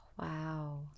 wow